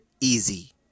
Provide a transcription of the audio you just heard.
easy